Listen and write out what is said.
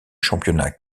championnat